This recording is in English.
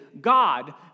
God